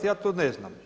Ja to ne znam.